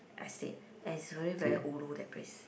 estate and is really very ulu that place